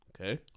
Okay